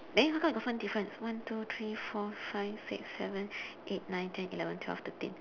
then how come we got so many difference one two three four five six seven eight nine ten eleven twelve thirteen